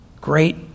great